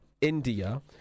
India